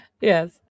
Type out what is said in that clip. Yes